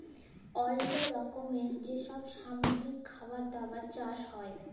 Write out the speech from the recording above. অল্লো রকমের যে সব সামুদ্রিক খাবার দাবার চাষ হ্যয়